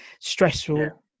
stressful